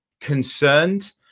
concerned